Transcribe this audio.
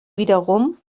wiederum